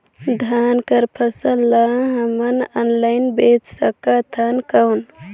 धान कर फसल ल हमन ऑनलाइन बेच सकथन कौन?